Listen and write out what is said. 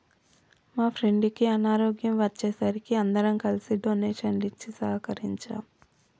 మా ఫ్రెండుకి అనారోగ్యం వచ్చే సరికి అందరం కలిసి డొనేషన్లు ఇచ్చి సహకరించాం